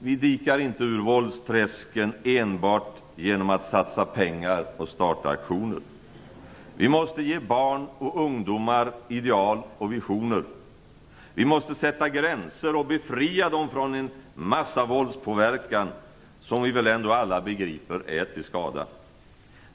Vi dikar inte ur våldsträsken enbart genom att satsa pengar och starta aktioner. Vi måste ge barn och ungdomar ideal och visioner. Vi måste sätta gränser och befria dem från en massa våldspåverkan, som vi väl ändå alla begriper är till skada.